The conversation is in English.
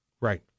Right